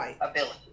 ability